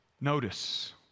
notice